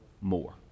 more